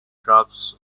drops